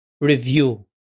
review